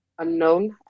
unknown